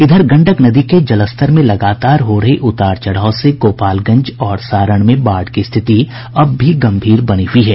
इधर गंडक नदी के जलस्तर में लगातार हो रहे उतार चढ़ाव से गोपालगंज और सारण में बाढ़ की स्थिति अब भी गंभीर बनी हुई है